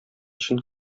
чын